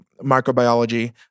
microbiology